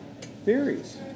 theories